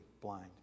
blind